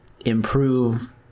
Improve